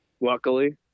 luckily